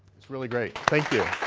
it's really great. thank you.